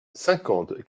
cinquante